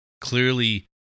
clearly